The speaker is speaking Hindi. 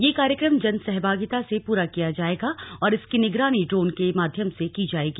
यह कार्यक्रम जनसहभागिता से पूरा किया जाएगा और इसकी निगरानी ड्रोन के माध्यम से की जाएगी